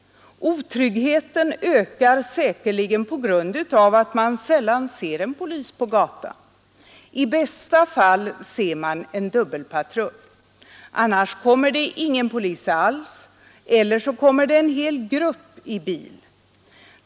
Otryggheten ökar säkerligen på grund av att man sällan ser en polis på gatan. I bästa fall ser man en dubbelpatrull. Annars kommer det ingen polis alls eller också kommer en hel grupp i bil.